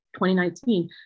2019